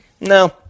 No